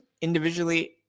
individually